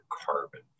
carbon